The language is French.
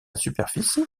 superficie